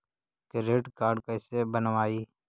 Credit card कैसे बनवाई?